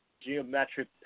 geometric